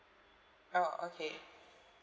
oh okay